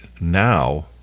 now